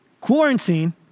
quarantine